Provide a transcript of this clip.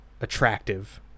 attractive